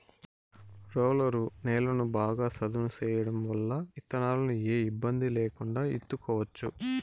roller నేలను బాగా సదును చేయడం వల్ల ఇత్తనాలను ఏ ఇబ్బంది లేకుండా ఇత్తుకోవచ్చు